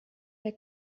der